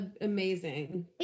amazing